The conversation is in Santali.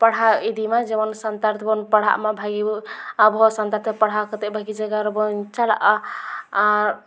ᱯᱟᱲᱦᱟᱣ ᱤᱫᱤᱢᱟ ᱡᱮᱢᱚᱱ ᱥᱟᱱᱛᱟᱲ ᱛᱮᱵᱚᱱ ᱯᱟᱲᱟᱦᱟᱜ ᱢᱟ ᱵᱷᱟᱜᱮ ᱵᱚᱱ ᱟᱵᱚ ᱦᱚᱸ ᱥᱟᱱᱛᱟᱲ ᱛᱮ ᱯᱟᱲᱦᱟᱣ ᱠᱟᱛᱮ ᱵᱷᱟᱜᱮ ᱡᱟᱭᱜᱟ ᱨᱮᱵᱚᱱ ᱪᱟᱞᱟᱜᱼᱟ ᱟᱨ